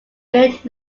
bit